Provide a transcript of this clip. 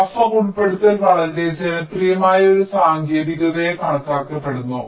buffer ഉൾപ്പെടുത്തൽ വളരെ ജനപ്രിയമായ ഒരു സാങ്കേതികതയായി കണക്കാക്കപ്പെടുന്നു